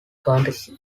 courtesy